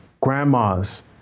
grandmas